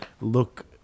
look